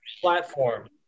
platform